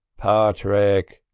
pawthrick,